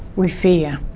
with fear.